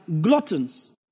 gluttons